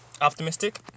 optimistic